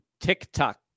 tiktok